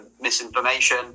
misinformation